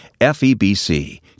FEBC